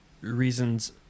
reasons